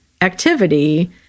activity